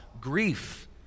grief